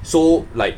so like